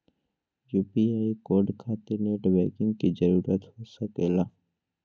UPI code खातिर net banking की जरूरत हो सके ला?